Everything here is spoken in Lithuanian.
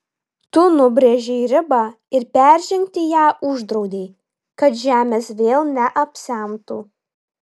tu nubrėžei ribą ir peržengti ją uždraudei kad žemės vėl neapsemtų